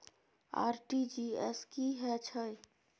RTG S की है छै?